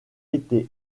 été